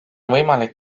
võimalik